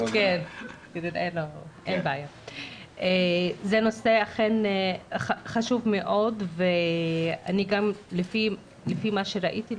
זה אכן נושא חשוב מאוד ולפי מה שראיתי,